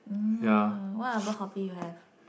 mm what other hobby you have